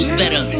better